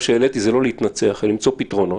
שהעליתי זה לא להתנצח אלא למצוא פתרונות.